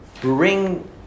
bring